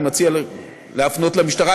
אני מציע להפנות אל המשטרה.